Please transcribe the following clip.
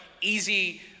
easy